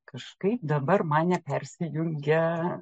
kažkaip dabar man nepersijungia